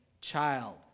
child